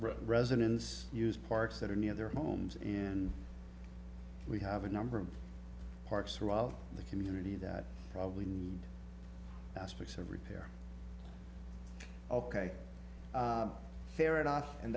residents use parks that are near their homes and we have a number of parks throughout the community that probably need aspects of repair ok fair enough and